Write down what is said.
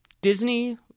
Disney